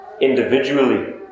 individually